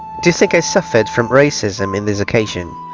do you think i suffered from racism in this occasion?